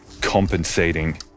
compensating